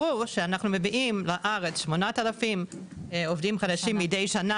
ברור שאנחנו מביאים לארץ 8,000 עובדים בכל שנה,